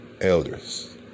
elders